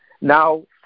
Now